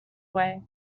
away